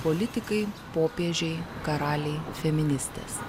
politikai popiežiai karaliai feministės